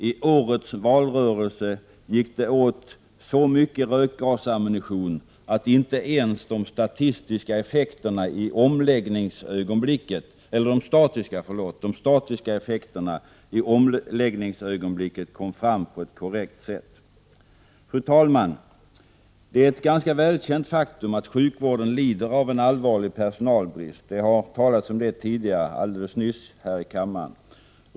I årets valrörelse gick det åt så mycket rökgasammunition att inte ens de statistiska effekterna i omläggningsögonblicket kom fram på ett korrekt sätt. Fru talman! Det är ett ganska välkänt faktum att sjukvården lider av en allvarlig personalbrist. Det talade man om alldeles nyss här i kammaren.